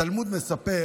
התלמוד מספר